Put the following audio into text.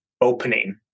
opening